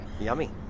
Yummy